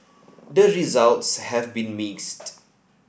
the results have been mixed